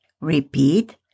Repeat